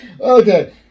Okay